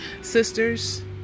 Sisters